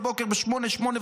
ב-08:00,